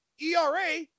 ERA